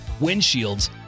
windshields